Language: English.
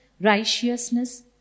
righteousness